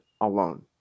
alone